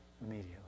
immediately